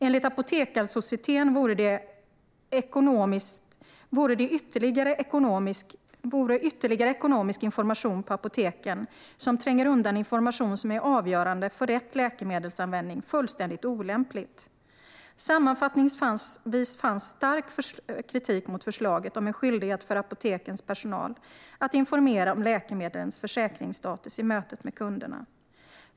Enligt Apotekarsocieteten vore ytterligare ekonomisk information på apoteken som tränger undan information som är avgörande för rätt läkemedelsanvändning fullständigt olämpligt. Sammanfattningsvis fanns stark kritik mot förslaget om en skyldighet för apotekens personal att informera om läkemedlens försäkringsstatus i mötet med kunderna.